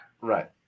Right